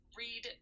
read